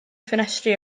ffenestri